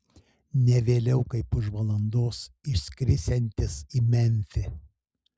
ne vėliau kaip už valandos išskrisiantis į memfį